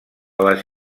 les